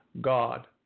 God